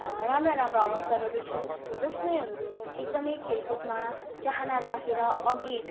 राम्रा राम्रा अवसरहरू छन् जसले एकदमै खेलकुदमा चाहना राखेर अगि